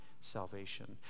salvation